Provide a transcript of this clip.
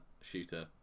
shooter